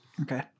Okay